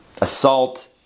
assault